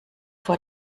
vor